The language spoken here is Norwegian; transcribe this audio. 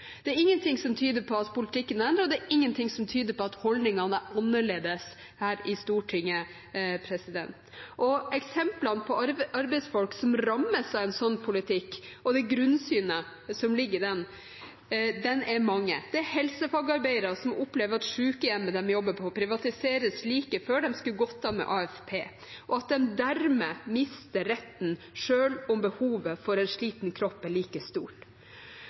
Det er ingenting som tyder på at politikken er endret, og det er ingenting som tyder på at holdningene er annerledes her i Stortinget. Eksemplene på arbeidsfolk som rammes av en slik politikk, og det grunnsynet som ligger i den, er mange. Det er helsefagarbeidere som opplever at sykehjemmet de jobber på, privatiseres like før de skulle gått av med AFP, og at de dermed mister retten til det, selv om behovet for det for en sliten kropp er like stort.